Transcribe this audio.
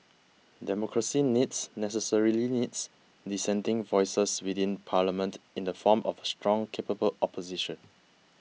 democracy needs necessarily needs dissenting voices within Parliament in the form of a strong capable opposition